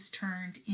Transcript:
turned